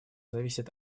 зависит